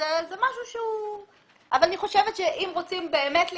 אני חושבת שאם רוצים באמת להתקדם,